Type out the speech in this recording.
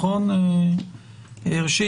ראשית,